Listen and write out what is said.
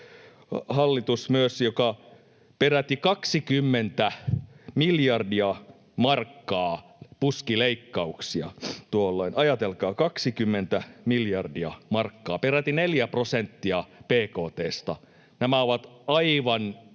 hallitus, joka peräti 20 miljardia markkaa puski leikkauksia tuolloin. Ajatelkaa: 20 miljardia markkaa, peräti 4 prosenttia bkt:stä. Nämä ovat aivan